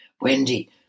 Wendy